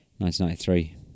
1993